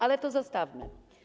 Ale to zostawmy.